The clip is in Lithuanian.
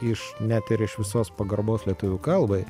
iš net ir iš visos pagarbos lietuvių kalbai